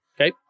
Okay